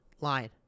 line